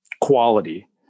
quality